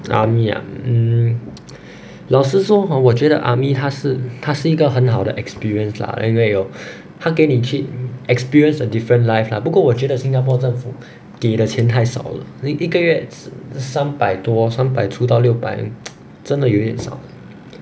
army ah um 老实说 hor 我觉得 army 它是它是一个很好的 experience lah 因为哦他给你去 experienced a different life lah 不过我觉得新加坡政府给的钱太少了一一个月三三百多三百初到六百 真的有一点少